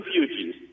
refugees